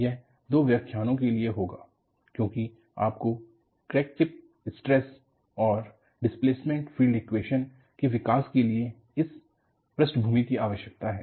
यह दो व्याख्यानो के लिए होगा क्योंकि आपको क्रैक टिप स्ट्रेस और डिस्प्लेसमेंट फील्ड समीकरणों के विकास के लिए इस पृष्ठभूमि की आवश्यकता है